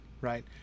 right